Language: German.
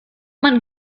man